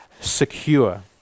secure